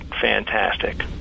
fantastic